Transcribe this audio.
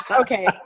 Okay